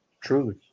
Truly